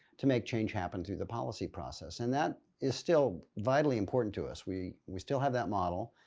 to make change happen through the policy process and that is still vitally important to us. we we still have that model.